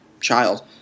child